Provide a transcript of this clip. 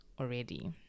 already